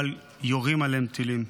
אבל יורים עליהם טילים.